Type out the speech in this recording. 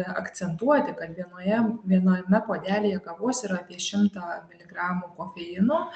akcentuoti kad vienoje viename puodelyje kavos yra apie šimtą miligramų kofeino